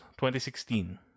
2016